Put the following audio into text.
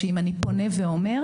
שאם אני פונה ואומר,